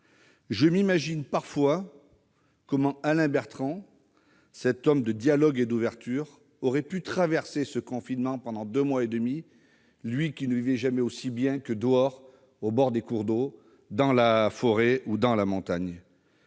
Je m'imagine parfois comment Alain Bertrand, cet homme de dialogue et d'ouverture, aurait pu traverser cette période de deux mois et demi, lui qui ne vivait jamais aussi bien que dehors, au bord des cours d'eau, dans la forêt ou dans la montagne